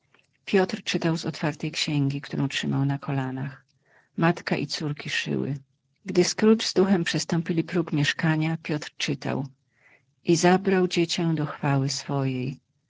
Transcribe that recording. piotr czytał z otwartej księgi którą trzymał na kolanach matka i córki szyły gdy scrooge z duchem przestąpili próg mieszkania piotr czytał i zabrał dziecię do chwały swojej